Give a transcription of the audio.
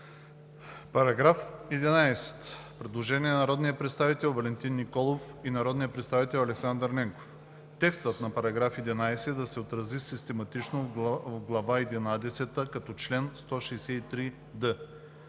По § 11 – предложение на народния представител Валентин Николов и народния представител Александър Ненков: „Текстът на § 11 да се отрази систематично в глава единадесета като чл. 163д.“